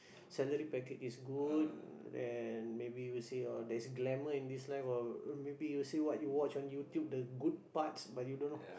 salary package is good then maybe you say your there's glamor in this life or maybe you say what you watch on YouTube the good parts but you don't know